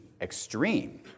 extreme